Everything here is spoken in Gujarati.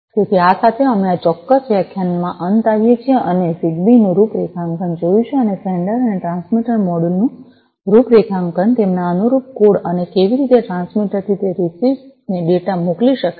તેથી આ સાથે અમે આ ચોક્કસ વ્યાખ્યાનના અંતમાં આવીએ છીએ અમે જિગબી નું રૂપરેખાંકન જોયું છે અને સેંડર અને ટ્રાન્સમીટર મોડ્યુલ નું રૂપરેખાંકન તેમના અનુરૂપ કોડ અને કેવી રીતે ટ્રાન્સમીટર થી તે રીસીવર ને ડેટા મોકલી શકાય છે